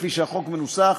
כפי שהחוק מנוסח,